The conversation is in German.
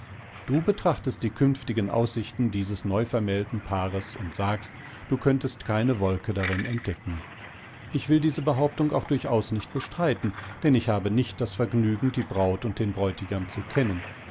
du betrachtest die künftigen aussichten dieses neuvermählten paares und sagst du könntest keine wolke darin entdecken ich will diese behauptung auch durchaus nicht bestreiten denn ich habe nichtdasvergnügen diebrautunddenbräutigamzukennen ichblickeaberzudem himmelüberunserneigenenhäupternauficherinneremich daßalswirdengarten zuerstbetraten keinewolkedaransichtbarwarundjetztseheich